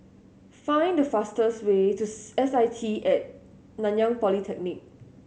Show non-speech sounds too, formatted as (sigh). find the fastest way to (unintelligible) S I T At Nanyang Polytechnic